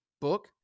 book